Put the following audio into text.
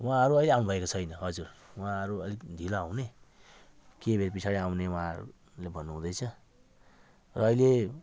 उहाँहरू अहिले आउनु भएको छैन हजुर उहाँहरू अलिकति ढिलो आउने केही बेर पछाडि आउने उहाँहरूले भन्नु हुँदैछ र अहिले